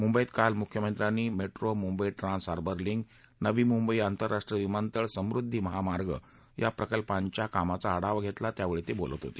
मुंबईत काल मुख्यमंत्र्यांनी मेट्रो मुंबई ट्रान्स हार्वर लिंक नवी मुंबई आंतरराष्ट्रीय विमानतळ समृद्धी महामार्ग या प्रकल्पांच्या कामाचा आढावा घेतला त्यावेळी ते बोलत होते